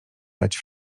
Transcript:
dać